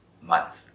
month